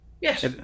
Yes